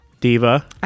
Diva